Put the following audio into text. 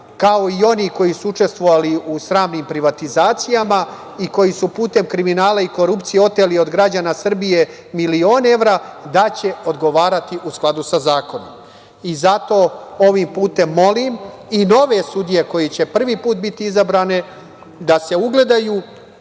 kao i oni koji su učestvovali u sramnim privatizacijama i koji su putem kriminala i korupcije oteli od građana Srbije milione evra, da će odgovarati u skladu sa zakonom. Zato ovim putem molim i nove sudije koje će prvi put biti izabrane, da se ugledaju